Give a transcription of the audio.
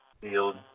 field